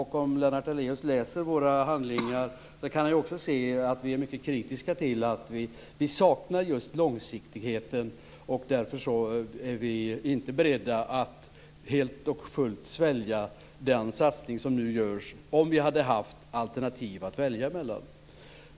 Om Lennart Daléus läser våra handlingar kan han också se att vi är mycket kritiska just därför att vi saknar långsiktigheten. Vi hade alltså inte varit beredda att helt och fullt svälja den satsning som nu görs om vi hade haft alternativ att välja mellan.